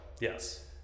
yes